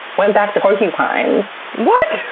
went back to porcupines. what!